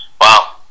Wow